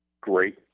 great